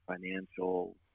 financial